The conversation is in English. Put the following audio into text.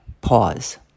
pause